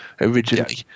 originally